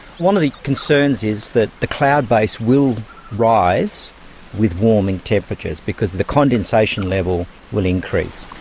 one of the concerns is that the cloud base will rise with warming temperatures because the condensation level will increase.